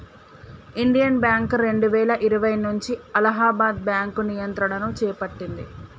Indian bank రెండువేల ఇరవై నుంచి అలహాబాద్ బ్యాంకు నియంత్రణను చేపట్టింది